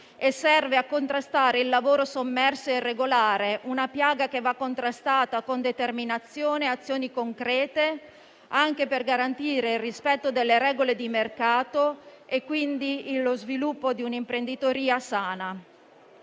per contrastare il lavoro sommerso e irregolare, una piaga che va combattuta con determinazione e azioni concrete, anche per garantire il rispetto delle regole di mercato e, quindi, lo sviluppo di un'imprenditoria sana.